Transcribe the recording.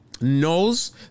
knows